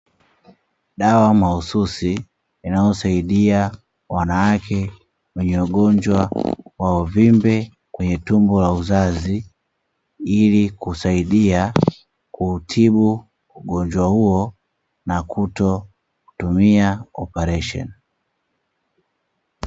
Dawa mahususi inayosaidia wanawake wenye ugonjwa wa uvimbe kwenye tumbo la uzazi, ili kusaidia kutibu ugonjwa huo na kutokutumia oparesheni.